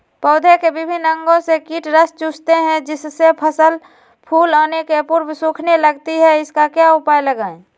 पौधे के विभिन्न अंगों से कीट रस चूसते हैं जिससे फसल फूल आने के पूर्व सूखने लगती है इसका क्या उपाय लगाएं?